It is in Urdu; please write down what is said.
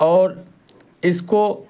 اور اس کو